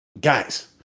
guys